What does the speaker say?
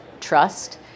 trust